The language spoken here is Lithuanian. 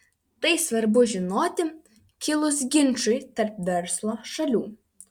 tai svarbu žinoti kilus ginčui tarp verslo šalių